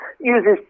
uses